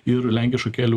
ir lenkiškų kelių